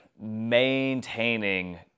maintaining